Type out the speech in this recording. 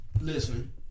Listen